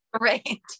right